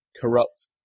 corrupt